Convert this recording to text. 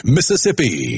Mississippi